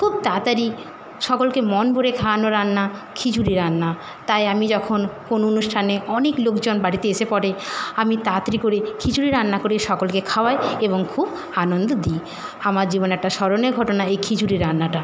খুব তাড়াতাড়ি সকলকে মন ভরে খাওয়ানোর রান্না খিচুড়ি রান্না তাই আমি যখন কোনো অনুষ্ঠানে অনেক লোকজন বাড়িতে এসে পড়ে আমি তাড়াতাড়ি করে খিচুড়ি রান্না করে সকলকে খাওয়াই এবং খুব আনন্দ দিই আমার জীবনে একটা স্মরণীয় ঘটনা এই খিচুড়ি রান্নাটা